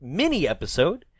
mini-episode